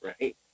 right